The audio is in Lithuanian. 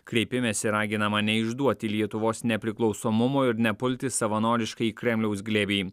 kreipimesi raginama neišduoti lietuvos nepriklausomumo ir nepulti savanoriškai į kremliaus glėbį